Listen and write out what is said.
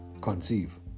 conceive